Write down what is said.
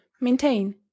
maintain